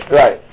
right